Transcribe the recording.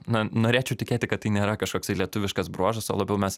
na norėčiau tikėti kad tai nėra kažkoksai lietuviškas bruožas o labiau mes